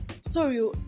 sorry